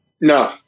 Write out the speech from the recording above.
No